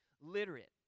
literate